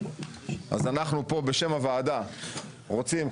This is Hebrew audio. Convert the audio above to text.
אז אנחנו פה בשם הוועדה רוצים,